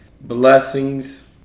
blessings